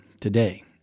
today